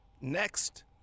Next